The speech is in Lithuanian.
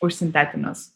už sintetinius